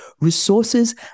resources